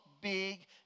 big